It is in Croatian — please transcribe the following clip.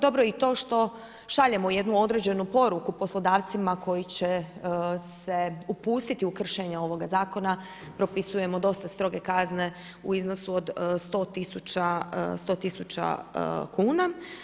Dobro je i to što šaljemo jednu određenu poruku poslodavcima koji će se upustiti u kršenje ovoga zakona, propisujemo dosta stroge kazne u iznosu od 100000 kn.